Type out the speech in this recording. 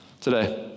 today